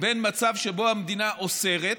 בין מצב שבו המדינה אוסרת,